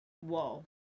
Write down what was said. Whoa